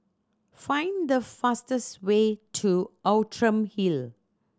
find the fastest way to Outram Hill